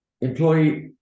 Employee